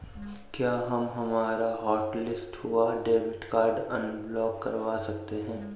क्या हम हमारा हॉटलिस्ट हुआ डेबिट कार्ड अनब्लॉक करवा सकते हैं?